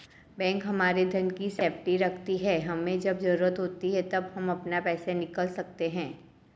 bank हमारे धन की सेफ्टी रखती है हमे जब जरूरत होती है तब हम अपना पैसे निकल सकते है